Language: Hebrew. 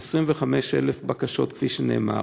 25,000, בקשות, כפי שנאמר,